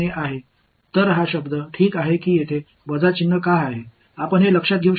எனவே இந்த வெளிப்பாடு நன்றாக இருக்கிறது ஏன் இங்கே ஒரு மைனஸ் அடையாளம் உள்ளது